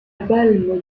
balme